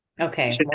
okay